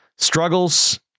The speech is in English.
Struggles